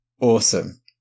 awesome